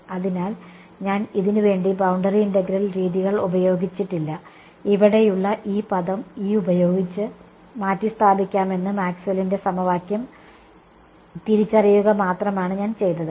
അതിനാൽ ഞാൻ ഇതുവരെ ബൌണ്ടറി ഇന്റഗ്രൽ രീതികൾ ഉപയോഗിച്ചിട്ടില്ല ഇവിടെയുള്ള ഈ പദം ഇ ഉപയോഗിച്ച് മാറ്റിസ്ഥാപിക്കാമെന്ന മാക്സ്വെല്ലിന്റെ സമവാക്യം Maxwell's equation തിരിച്ചറിയുക മാത്രമാണ് ഞാൻ ചെയ്തത്